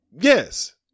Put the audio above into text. Yes